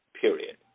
period